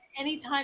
anytime